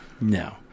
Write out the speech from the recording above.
No